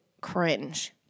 cringe